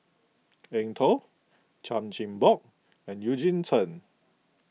Eng Tow Chan Chin Bock and Eugene Chen